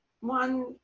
one